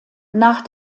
nach